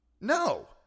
No